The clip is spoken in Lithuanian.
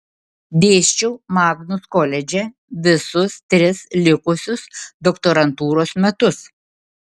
dėsčiau magnus koledže visus tris likusius doktorantūros metus